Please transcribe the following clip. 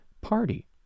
party